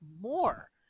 more